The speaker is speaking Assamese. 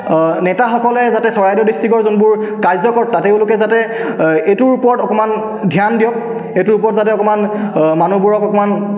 নেতাসকলে যাতে চৰাইদেউ ডিষ্ট্ৰিক্টৰ যোনবোৰ কাৰ্যকৰ্তা তেওঁলোকে যাতে এইটোৰ ওপৰত অকণমান ধ্যান দিয়ক এইটোৰ ওপৰত যাতে অকণমান মানুহবোৰক অকণমান